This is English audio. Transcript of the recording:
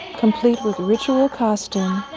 complete with ritual costume,